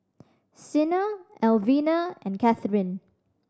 Sina Elvina and Kathryne